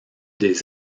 des